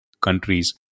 countries